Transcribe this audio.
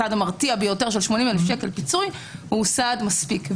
הסעד המרתיע של 80,000 שקל פיצוי הוא מספיק.